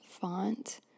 font